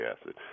acid